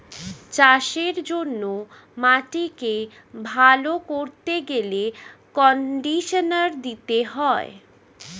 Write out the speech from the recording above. চাষের জন্য মাটিকে ভালো করতে গেলে কন্ডিশনার দিতে হয়